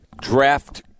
draft